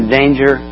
danger